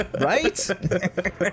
Right